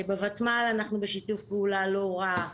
בוותמ"ל אנחנו בשיתוף פעולה לא רע.